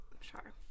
sure